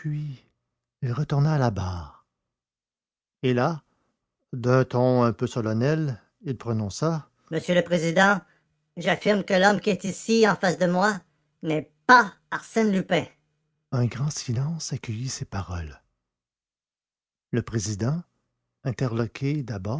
retourna à la barre et là d'un ton un peu solennel il prononça monsieur le président j'affirme que l'homme qui est ici en face de moi n'est pas arsène lupin un grand silence accueillit ces paroles le président interloqué